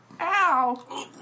Ow